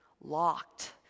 locked